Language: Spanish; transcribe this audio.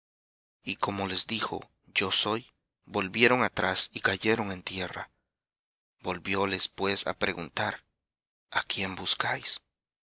y como les dijo yo soy volvieron atrás y cayeron en tierra volvióles pues á preguntar a quién buscáis